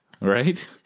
right